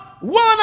One